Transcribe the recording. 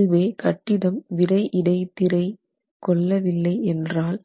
அதுவே கட்டிடம் விறை இடைத்திரை கொள்ளவில்லை என்றால்